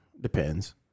Depends